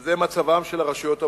והיא מצבן של הרשויות המקומיות.